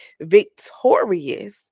victorious